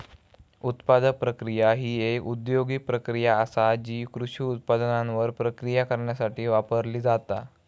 उत्पादन प्रक्रिया ही एक औद्योगिक प्रक्रिया आसा जी कृषी उत्पादनांवर प्रक्रिया करण्यासाठी वापरली जाता